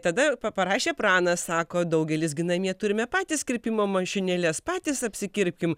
tada pa parašė pranas sako daugelis gi namie turime patys kirpimo mašinėles patys apsikirpkim